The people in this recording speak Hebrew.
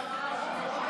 אני אעשה.